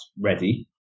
ready